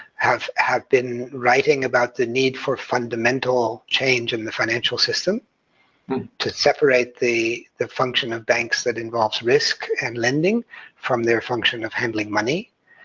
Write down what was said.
have have been writing about the need for fundamental change in the financial system to separate the the function of banks that involves risk and lending from their function of handling money.